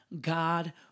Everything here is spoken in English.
God